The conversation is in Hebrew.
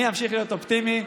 אני אמשיך להיות אופטימי,